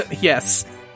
Yes